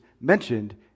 mentioned